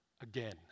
again